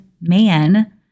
man